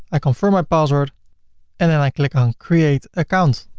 i confirm my password and then i click on create account,